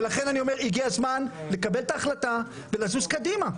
ולכן אני אומר: הגיע הזמן לקבל את ההחלטה ולזוז קדימה.